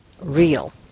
real